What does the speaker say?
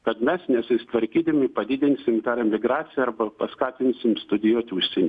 kad mes nesusitvarkydami padidinsim emigraciją arba paskatinsim studijuoti užsieny